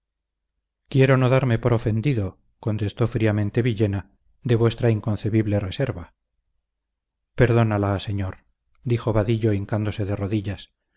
quiero no darme por ofendido contestó fríamente villena de vuestra inconcebible reserva perdónala señor dijo vadillo hincándose de rodillas